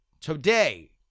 today